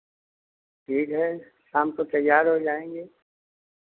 ठीक है शाम को तैयार हो जाएंगे